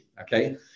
okay